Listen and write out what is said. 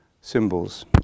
symbols